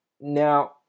Now